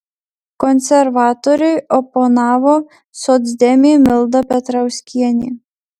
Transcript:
konservatoriui oponavo socdemė milda petrauskienė